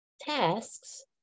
tasks